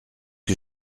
que